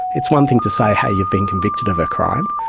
it's one thing to say, hey, you've been convicted of a crime,